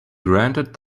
granted